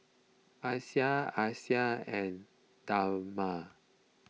Aisyah Aisyah and Damia